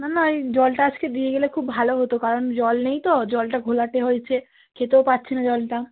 না না এই জলটা আজকে দিয়ে গেলে খুব ভালো হতো কারণ জল নেই তো জলটা ঘোলাটে হয়েছে খেতেও পাচ্ছি না জলটা